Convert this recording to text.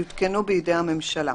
יותקנו בידי הממשלה.